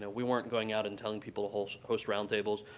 and we weren't going out and telling people to host host roundtables.